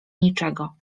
niczego